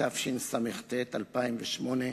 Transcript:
התשס"ט 2008,